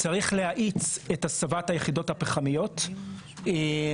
צריך להאיץ את הסבת היחידות הפחמיות לגז,